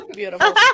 beautiful